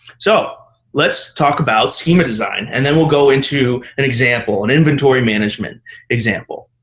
so let's talk about schema design, and then we'll go into an example, an inventory management example.